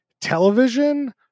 television